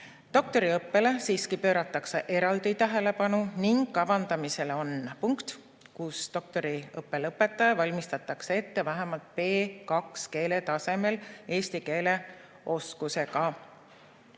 Doktoriõppele pööratakse siiski eraldi tähelepanu ning kavandamisel on punkt, kus doktoriõppe lõpetaja valmistatakse ette vähemalt B2 keeletasemel eesti keele oskusega.